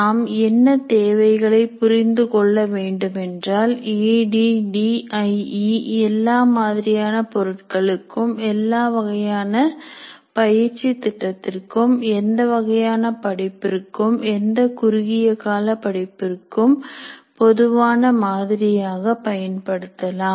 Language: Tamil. நாம் என்ன தேவைகளை புரிந்து கொள்ள வேண்டுமென்றால் A D D I E எல்லா மாதிரியான பொருட்களுக்கும் எல்லா வகையான பயிற்சி திட்டத்திற்கும் எந்த வகையான படிப்பிற்கும் எந்த குறுகிய கால படிப்பிற்கும் பொதுவான மாதிரியாக பயன்படுத்தலாம்